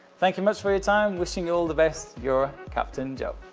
thank you much for your time, wishing you all the best, your captain joe.